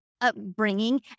upbringing